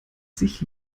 sich